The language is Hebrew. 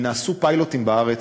ונעשו פיילוטים בארץ,